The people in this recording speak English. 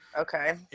Okay